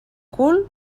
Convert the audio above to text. cul